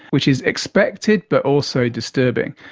which is expected but also disturbing.